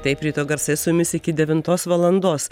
taip ryto garsai su jumis iki devintos valandos